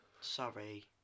Sorry